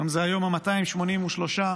היום הוא היום ה-283.